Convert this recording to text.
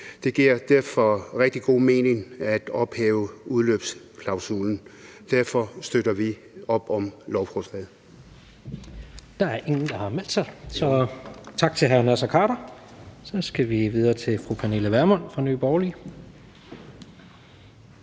Det giver derfor rigtig god mening at ophæve udløbsklausulen. Derfor støtter vi op om lovforslaget.